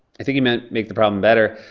i think he meant make the problem better,